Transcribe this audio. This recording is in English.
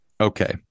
Okay